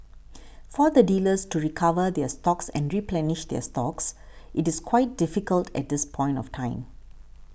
for the dealers to recover their stocks and replenish their stocks it is quite difficult at this point of time